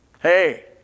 Hey